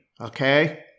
okay